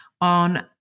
on